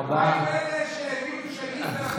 מה עם אלה שהאמינו שליברמן מתנהג אחרת, תודה רבה.